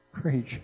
Preach